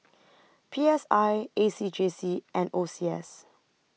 P S I A C J C and O C S